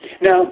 Now